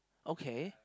okay